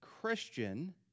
Christian